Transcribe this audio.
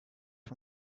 for